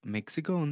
Mexico